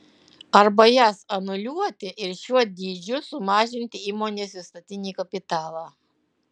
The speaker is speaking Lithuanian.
arba jas anuliuoti ir šiuo dydžiu sumažinti įmonės įstatinį kapitalą